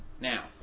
Now